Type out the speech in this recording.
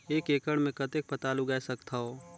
एक एकड़ मे कतेक पताल उगाय सकथव?